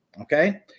okay